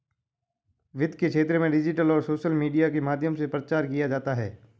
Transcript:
वित्त के क्षेत्र में डिजिटल और सोशल मीडिया के माध्यम से प्रचार किया जाता है